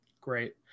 great